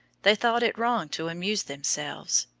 they thought it wrong to amuse themselves.